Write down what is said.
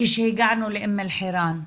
כשהגענו לאום אל חירן,